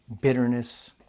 bitterness